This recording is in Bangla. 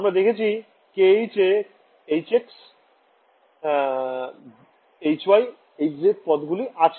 আমরা দেখেছি kh এ hx hy hz পদ্গুলি আছে